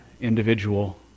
individual